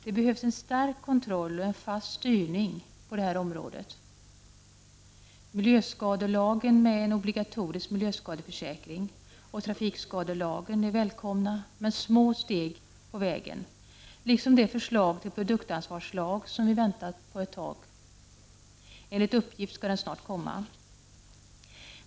Det behövs en stark kontroll och en fast styrning på detta område. Miljöskadelagen med en obligatorisk miljöskadeförsäkring och trafikskadelagen är välkomna men små steg på vägen, liksom det förslag till produktansvarslag som vi har väntat på ett tag. Enligt uppgift skall den snart komma.